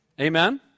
Amen